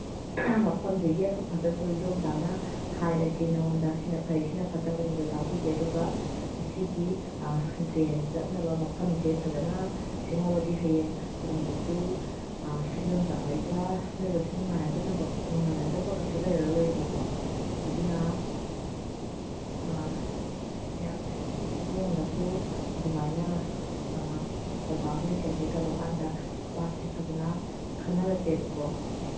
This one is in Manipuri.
ꯃꯐꯝꯁꯤꯒꯤ ꯑꯐ ꯐꯠꯇꯁꯨ ꯏꯟꯗꯣꯝꯆꯥꯅ ꯍꯥꯏꯔꯒꯦ ꯅꯉꯣꯟꯗ ꯁꯤꯅ ꯐꯩ ꯁꯤꯅ ꯐꯠꯇꯕꯅꯤꯗꯨ ꯇꯥꯛꯄꯤꯒꯦ ꯑꯗꯨꯒ ꯑꯁꯤꯒꯤ ꯗ꯭ꯔꯦꯟ ꯆꯠꯅꯕ ꯃꯐꯝꯁꯦ ꯐꯖꯅ ꯁꯦꯝꯍꯧꯔꯗꯤ ꯍꯌꯦꯡ ꯇꯨꯡꯗꯁꯨ ꯏꯟꯗꯣꯝꯆꯥꯍꯣꯏꯒ ꯅꯈꯣꯏꯒꯁꯨ ꯅꯨꯡꯉꯥꯏꯅꯗꯕ ꯀꯩꯁꯨ ꯂꯩꯔꯔꯣꯏꯌꯦꯕꯀꯣ ꯑꯗꯨꯅ ꯏꯕꯨꯡꯉꯣꯅꯁꯨ ꯑꯗꯨꯃꯥꯏꯅ ꯀꯀꯥꯍꯣꯏ ꯀꯩꯍꯣꯏ ꯇꯧꯔꯀꯥꯟꯗ ꯋꯥꯁꯦ ꯐꯖꯅ ꯈꯟꯅꯔꯁꯦꯕꯀꯣ